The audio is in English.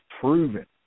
proven